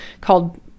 called